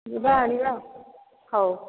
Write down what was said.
ଯିବା ଆଣିବା ଆଉ ହେଉ